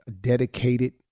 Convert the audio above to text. dedicated